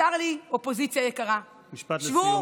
משפט לסיום,